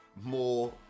more